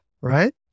right